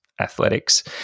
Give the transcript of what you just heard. athletics